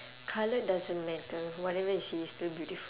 colour doesn't matter whatever you see is still beautiful